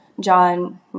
John